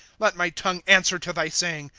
let my tongue answer to thy saying,